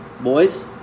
Boys